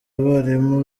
abarimu